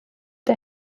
der